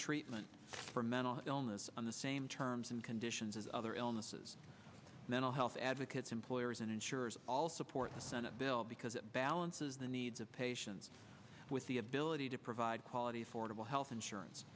treatment for mental illness on the same terms and conditions of other illnesses mental health advocates employers and insurers all support the senate bill because it balances the needs of patients with the ability to provide quality affordable health insurance